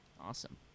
Awesome